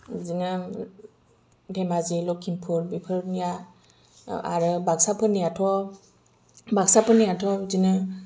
बिदिनो धेमाजि लक्षिमपुर बेफोरनिया आरो बाकसाफोरनियाथ' बाकसाफोरनियाथ' बिदिनो